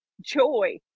joy